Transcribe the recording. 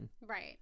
Right